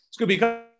Scooby